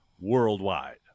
worldwide